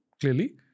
clearly